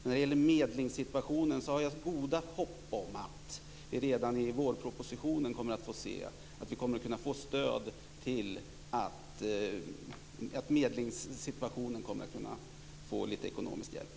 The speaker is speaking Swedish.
Jag har gott hopp om att vi redan i vårpropositionen kommer att få se att medlingen kommer att få lite ekonomisk hjälp.